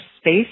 space